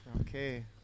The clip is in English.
okay